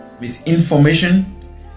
misinformation